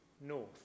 north